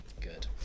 Good